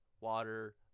water